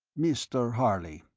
mr. harley,